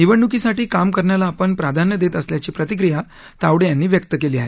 निवडणुकीसाठी काम करण्याला आपण प्राधान्य देत असल्याची प्रतिक्रिया तावडे यांनी व्यक्त केली आहे